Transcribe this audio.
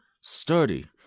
sturdy